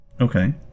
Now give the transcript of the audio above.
Okay